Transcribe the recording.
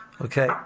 Okay